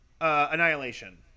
Annihilation